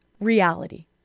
reality